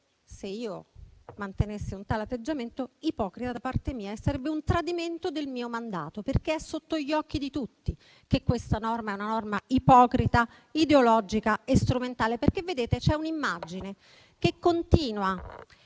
Se io mantenessi un tale atteggiamento, sarebbe ipocrita da parte mia e sarebbe un tradimento del mio mandato, perché è sotto gli occhi di tutti che questa è una norma ipocrita, ideologica e strumentale. Infatti, c'è un'immagine che continua